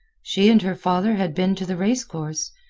she and her father had been to the race course,